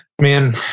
Man